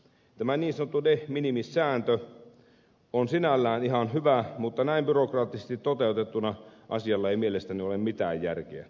tämä niin sanottu de minimis sääntö on sinällään ihan hyvä mutta näin byrokraattisesti toteutettuna asiassa ei mielestäni ole mitään järkeä